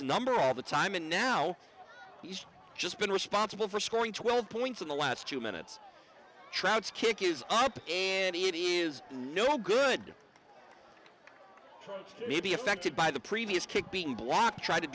number all the time and now he's just been responsible for scoring twelve points in the last few minutes trouts kick is up and it is no good may be affected by the previous kick being black tr